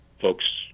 folks